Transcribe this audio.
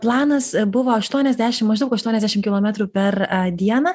planas buvo aštuoniasdešim maždaug aštuoniasdešim kilometrų per dieną